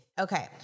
Okay